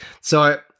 So-